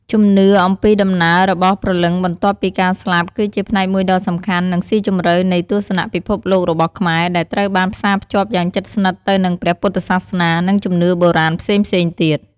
ជំនឿអំពីដំណើររបស់ព្រលឹងបន្ទាប់ពីការស្លាប់ គឺជាផ្នែកមួយដ៏សំខាន់ និងស៊ីជម្រៅនៃទស្សនៈពិភពលោករបស់ខ្មែរ ដែលត្រូវបានផ្សារភ្ជាប់យ៉ាងជិតស្និទ្ធទៅនឹងព្រះពុទ្ធសាសនា និងជំនឿបុរាណផ្សេងៗទៀត។